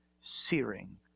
searing